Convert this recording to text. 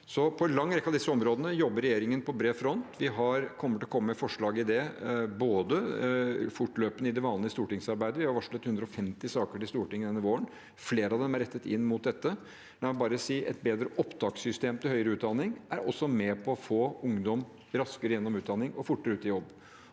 På en lang rekke av disse områdene jobber regjeringen på en bred front. Vi vil komme med forslag til det både fortløpende og i det vanlige stortingsarbeidet. Vi har varslet 150 saker til Stortinget denne våren. Flere av dem er rettet inn mot dette. La meg bare si at et bedre opptakssystem for høyere utdanning også er med på å få ungdom raskere gjennom utdanning og fortere ut i jobb.